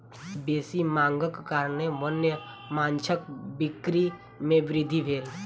बेसी मांगक कारणेँ वन्य माँछक बिक्री में वृद्धि भेल